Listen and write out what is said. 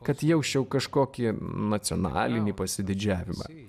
kad jausčiau kažkokį nacionalinį pasididžiavimą